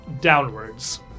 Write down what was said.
downwards